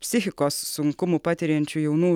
psichikos sunkumų patiriančių jaunų